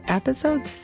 episode